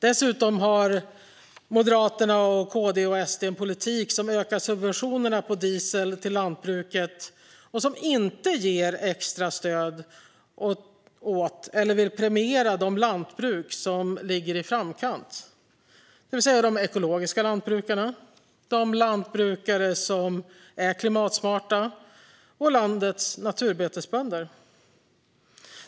Dessutom har M, KD och SD en politik som ökar subventionerna på diesel till lantbruket och som inte ger extra stöd åt eller vill premiera de lantbruk som ligger i framkant. Det är de ekologiska lantbrukarna, de lantbrukare som är klimatsmarta och landets naturbetesbönder.